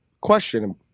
question